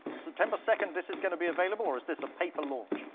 september second, this is going to be available, or is this a paper launch?